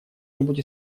нибудь